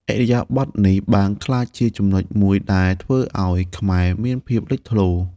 ឥរិយាបថនេះបានក្លាយជាចំណុចមួយដែលធ្វើឱ្យខ្មែរមានភាពលេចធ្លោ។